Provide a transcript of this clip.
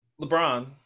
LeBron